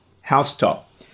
housetop